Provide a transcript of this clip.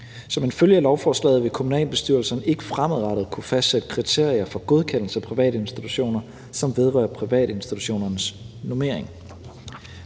Som en følge af lovforslaget vil kommunalbestyrelsen ikke fremadrettet kunne fastsætte kriterier for godkendelse af privatinstitutioner, som vedrører privatinstitutionernes normering.